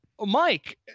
Mike